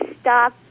stop